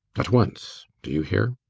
at once! do you hear?